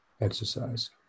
exercise